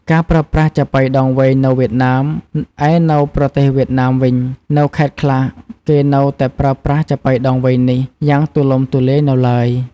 ការប្រើប្រាស់ចាប៉ីដងវែងនៅវៀតណាម ឯនៅប្រទេសវៀតណាមវិញ នៅខេត្តខ្លះគេនៅតែប្រើប្រាស់ចាប៉ីដងវែងនេះយ៉ាងទូលំទូលាយនៅឡើយ។